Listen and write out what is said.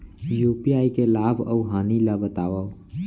UPI के लाभ अऊ हानि ला बतावव